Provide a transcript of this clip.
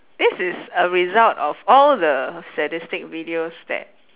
this is a result of all the sadistic videos that